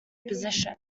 position